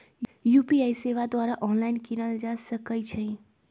UPI सेवा द्वारा online कीनल जा सकइ छइ